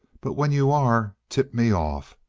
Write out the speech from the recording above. but when you are, tip me off.